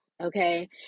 okay